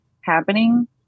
happening